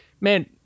man